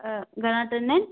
अ घणा टन आहिनि